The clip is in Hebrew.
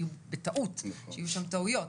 שיהיו שם טעויות,